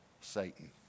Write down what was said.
Satan